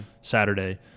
Saturday